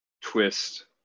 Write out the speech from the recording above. twist